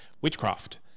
witchcraft